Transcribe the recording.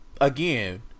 again